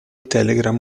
telegram